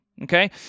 okay